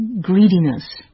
greediness